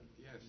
Yes